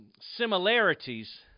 similarities